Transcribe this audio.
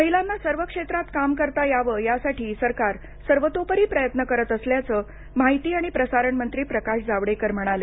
महिलांना सर्व क्षेत्रात काम करता यावंयासाठी सरकार सर्वतोपरी प्रयत्न करत असल्याचं माहिती आणि प्रसारण मंत्री प्रकाश जावडेकर म्हणाले